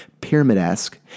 pyramid-esque